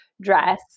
dress